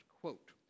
quote